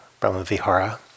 Brahmavihara